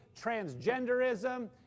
transgenderism